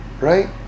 Right